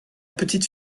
petite